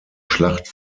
schlacht